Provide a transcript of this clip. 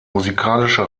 musikalische